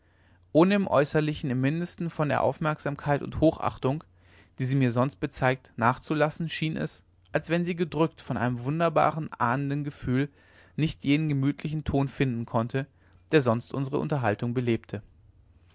ohne im äußerlichen im mindesten von der aufmerksamkeit und hochachtung die sie mir sonst bezeigt nachzulassen schien es als wenn sie gedrückt von einem wunderbaren ahnenden gefühl nicht jenen gemütlichen ton finden konnten der sonst unsre unterhaltung belebte